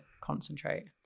concentrate